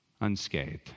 unscathed